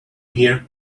here